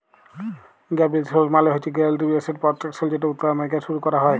gap insurance মালে হছে guaranteed asset protection যেট উত্তর আমেরিকায় শুরু ক্যরা হ্যয়